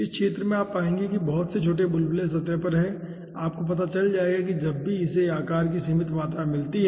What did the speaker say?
इस क्षेत्र में आप पाएंगे कि बहुत से छोटे बुलबुले सतह पर हैं और आपको पता चल जाएगा कि जब भी इसे आकार की सीमित मात्रा मिलती है